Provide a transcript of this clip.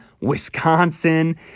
wisconsin